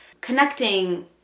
connecting